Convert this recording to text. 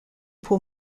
pour